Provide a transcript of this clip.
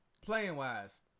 playing-wise